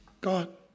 God